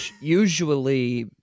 usually